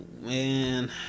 man